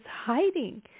hiding